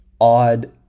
odd